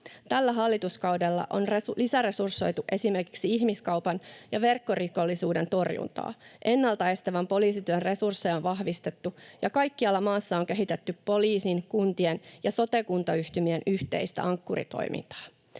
Tällä hallituskaudella on lisäresursoitu esimerkiksi ihmiskaupan ja verkkorikollisuuden torjuntaa. Ennaltaestävän poliisityön resursseja on vahvistettu, ja kaikkialla maassa on kehitetty poliisin, kuntien ja sotekuntayhtymien yhteistä Ankkuri-toimintaa.